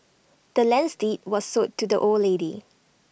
the land's deed was sold to the old lady